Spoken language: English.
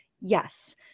Yes